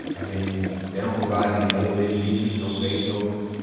i mean, they don't provide any elevator music. no beethoven,